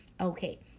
okay